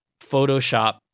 Photoshop